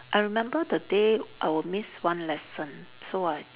I remember the day I will miss one lesson so I